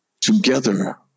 together